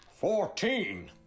Fourteen